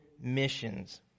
missions